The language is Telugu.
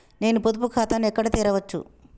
నేను పొదుపు ఖాతాను ఎక్కడ తెరవచ్చు?